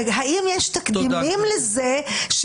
האם יש לזה תקדימים,